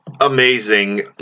amazing